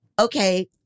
okay